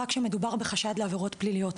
רק כשמדובר בחשד לעבירות פליליות.